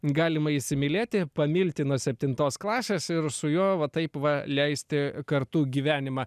galima įsimylėti pamilti nuo septintos klasės ir su juo va taip va leisti kartu gyvenimą